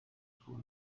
akaba